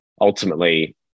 ultimately